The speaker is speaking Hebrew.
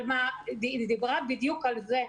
היא דיברה בדיוק על זה,